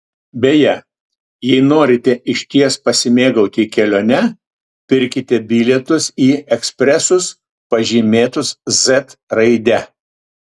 beje jei norite išties pasimėgauti kelione pirkite bilietus į ekspresus pažymėtus z raide